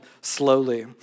slowly